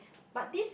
but this